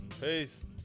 peace